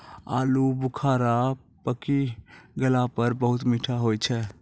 आलू बुखारा पकी गेला पर बहुत मीठा होय छै